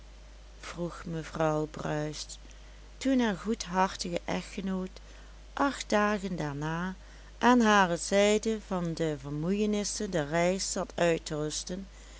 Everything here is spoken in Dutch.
vroeg mevrouw bruis toen haar goedhartige echtgenoot acht dagen daarna aan hare zijde van de vermoeienissen der reis zat uit te rusten